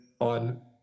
on